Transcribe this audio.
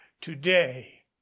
today